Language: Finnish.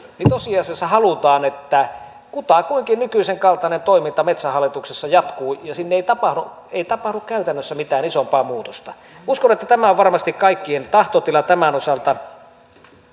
niin tosiasiassa halutaan että kutakuinkin nykyisen kaltainen toiminta metsähallituksessa jatkuu ja ei tapahdu ei tapahdu käytännössä mitään isompaa muutosta uskon että tämä on varmasti kaikkien tahtotila tämän osalta